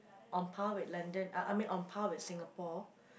on par with London I I mean on par with Singapore